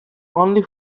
only